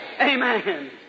Amen